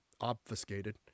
obfuscated